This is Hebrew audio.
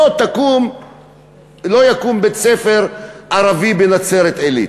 לא יקום בית-ספר ערבי בנצרת-עילית.